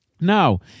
Now